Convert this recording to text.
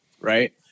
right